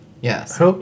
Yes